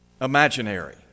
imaginary